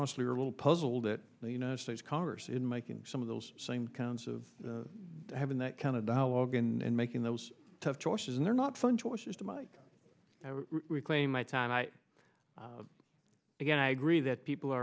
honestly are a little puzzled that the united states congress in making some of those same kinds of having that kind of dialogue and making those tough choices and they're not fund choices to mike reclaim my time again i agree that people